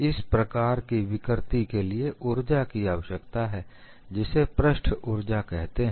इस प्रकार की विकृति के लिए ऊर्जा की आवश्यकता है जिसे पृष्ठ ऊर्जा कहते हैं